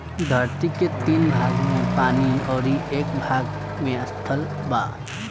धरती के तीन भाग में पानी अउरी एक भाग में स्थल बा